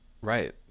Right